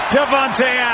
Devontae